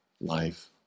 life